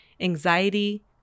anxiety